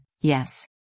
yes